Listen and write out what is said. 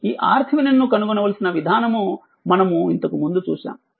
ఈ RThevenin ను కనుగొనవలసిన విధానము మనము ఇంతకు ముందు చూశాము